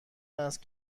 است